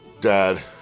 dad